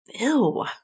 Ew